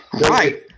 Right